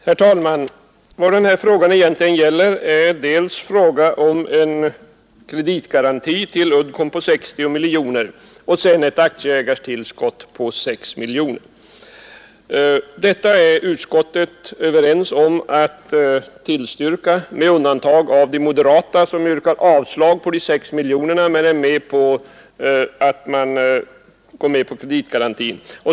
Herr talman! Vad den här frågan egentligen gäller är dels en kreditgaranti till Uddcomb på 60 miljoner kronor, dels ett aktieägartillskott på 6 miljoner. Detta är utskottet överens om att tillstyrka med undantag för de moderata som yrkar avslag på de 6 miljonerna men går med på kreditgarantin.